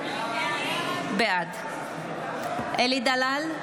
בעד אלי דלל,